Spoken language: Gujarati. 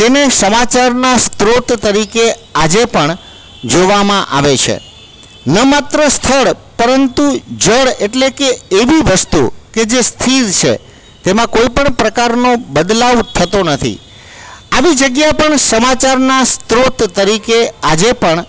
તેને સમાચારના સ્ત્રોત તરીકે આજે પણ જોવામાં આવે છે ન માત્ર સ્થળ પરંતુ જળ એટલે કે એવી વસ્તુ જે સ્થિર છે તેમા કોઈ પણ પ્રકારનો બદલાવ થતો નથી આવી જગ્યા પર સમાચારના સ્ત્રોત તરીકે આજે પણ